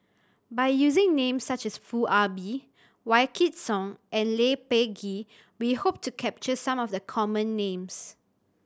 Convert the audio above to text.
by using names such as Foo Ah Bee Wykidd Song and Lee Peh Gee we hope to capture some of the common names